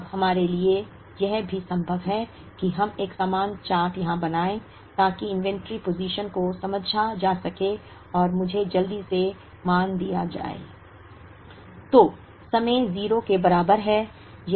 अब हमारे लिए यह भी संभव है कि हम एक समान चार्ट यहां बनाएं ताकि इनवेंटरी पोजिशन को समझा जा सके और मुझे जल्दी से मान दिया जाए